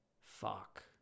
fuck